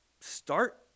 start